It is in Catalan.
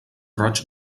roig